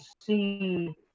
see